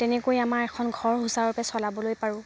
তেনেকৈ আমাৰ এখন ঘৰ সূচাৰুৰূপে চলাবলৈ পাৰোঁ